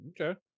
okay